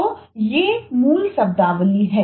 तो ये मूल शब्दावली हैं